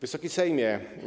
Wysoki Sejmie!